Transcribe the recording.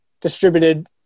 distributed